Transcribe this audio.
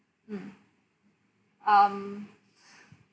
mm um